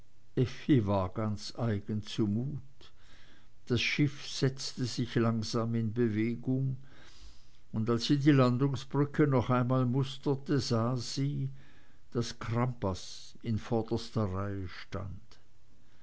war ganz eigen zumut das schiff setzte sich langsam in bewegung und als sie die landungsbrücke noch einmal musterte sah sie daß crampas in vorderster reihe stand